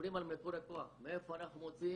מדברים על מקור הכוח, מאיפה אנחנו מוצאים אותו,